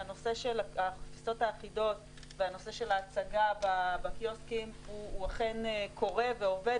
שהנושא של הקופסאות האחידות והנושא של ההצגה בקיוסקים אכן קורה ועובד,